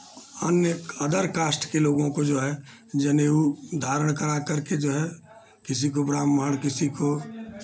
अन्य other caste के लोगों को जो है जनेऊ धारण कराकर के जो है किसी को ब्राह्मण किसी को